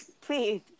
Please